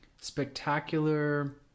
spectacular